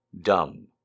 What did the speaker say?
dumb